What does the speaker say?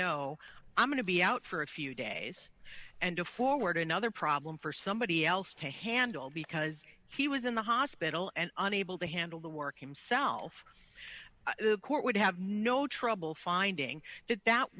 know i'm going to be out for a few days and to forward another problem for somebody else to handle because he was in the hospital and unable to handle the work himself the court would have no trouble finding that that